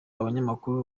abanyamakuru